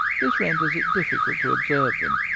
this renders it difficult to observe them,